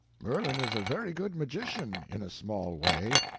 merlin is a very good magician in a small way,